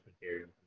material